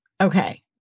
Okay